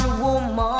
Woman